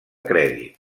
crèdit